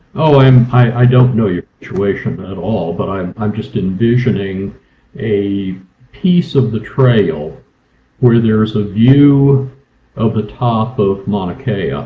oh and i don't know your situation at all, but i'm i'm just envisioning a piece of the trail where there's a view of of the top of mauna kea ah